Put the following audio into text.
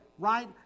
right